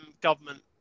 government